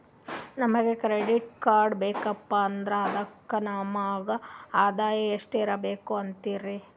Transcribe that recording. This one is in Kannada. ನಮಗ ಕ್ರೆಡಿಟ್ ಕಾರ್ಡ್ ಬೇಕಪ್ಪ ಅಂದ್ರ ಅದಕ್ಕ ನಮಗ ಆದಾಯ ಎಷ್ಟಿರಬಕು ಅಂತೀರಿ?